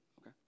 okay